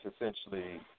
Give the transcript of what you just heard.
essentially